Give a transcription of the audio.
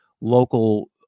local